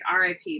RIP